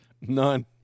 none